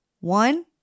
One